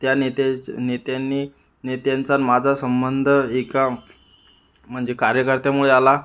त्या नेत्याच नेत्यांनी नेत्यांचा आणि माझा संबंध एका म्हंजे कार्यकर्त्यामुळे आला